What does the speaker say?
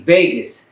Vegas